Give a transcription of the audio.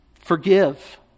Forgive